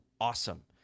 awesome